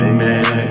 man